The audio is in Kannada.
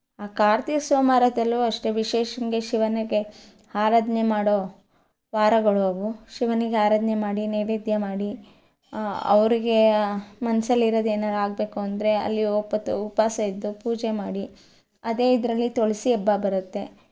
ಕಾರ್ತಿಕ ಸೋಮವಾರದಲ್ಲೂ ಅಷ್ಟೆ ವಿಶೇಷನ್ಗೆ ಶಿವನಿಗೆ ಆರಾಧನೆ ಮಾಡೋ ವಾರಗಳು ಅವು ಶಿವನಿಗೆ ಆರಾಧನೆ ಮಾಡಿ ನೈವೇದ್ಯ ಮಾಡಿ ಅವರಿಗೆ ಮನಸ್ಸಲ್ಲಿ ಇರೋದು ಏನಾದ್ರು ಆಗಬೇಕು ಅಂದರೆ ಅಲ್ಲಿ ಉಪವಾಸ ಇದ್ದು ಪೂಜೆ ಮಾಡಿ ಅದೇ ಇದರಲ್ಲಿ ತೊಳೆಸಿ ಹಬ್ಬ ಬರುತ್ತೆ